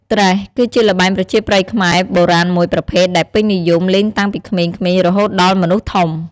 ត្រេះ គឺជាល្បែងប្រជាប្រិយខ្មែរបុរាណមួយប្រភេទដែលពេញនិយមលេងតាំងពីក្មេងៗរហូតដល់មនុស្សធំ។